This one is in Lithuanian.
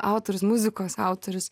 autorius muzikos autorius